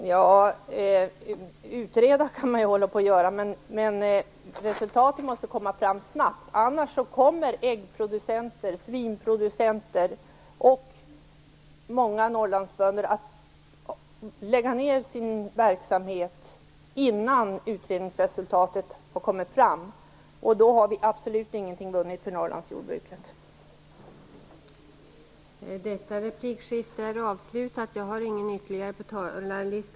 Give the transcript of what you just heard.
Fru talman! Utreda kan man ju hålla på och göra, men resultatet måste komma fram snabbt. Annars kommer äggproducenter, svinproducenter och många Norrlandsbönder att lägga ned sin verksamhet innan utredningsresultatet kommit fram, och då har vi absolut ingenting vunnit för Norrlandsjordbruket.